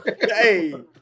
hey